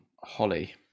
Holly